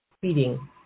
feeding